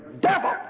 devil